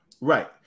Right